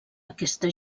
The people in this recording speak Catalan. aquesta